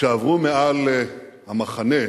כשעברו מעל המחנה,